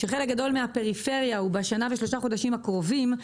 שחלק גדול מהפריפריה הוא בשנה ושלושת החודשים הקרובים,